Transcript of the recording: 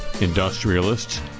industrialists